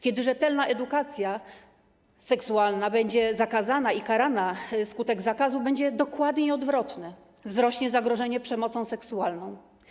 Kiedy rzetelna edukacja seksualna będzie zakazana i karana, skutek zakazu będzie dokładnie odwrotny: wzrośnie zagrożenie przemocą seksualną.